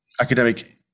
academic